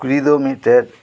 ᱥᱩᱠᱨᱤ ᱫᱚ ᱢᱤᱫᱴᱮᱱ